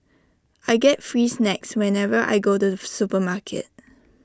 I get free snacks whenever I go to the supermarket